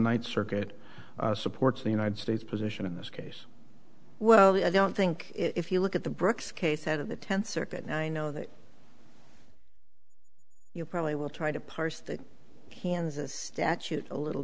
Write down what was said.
ninth circuit supports the united states position in this case well i don't think if you look at the brooks case out of the tenth circuit and i know that you probably will try to parse the hands a statute a little